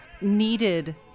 needed